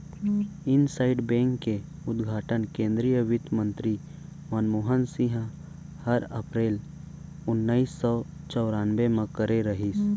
IndusInd bank के उद्घाटन केन्द्रीय बित्तमंतरी मनमोहन सिंह हर अपरेल ओनाइस सौ चैरानबे म करे रहिस